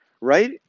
right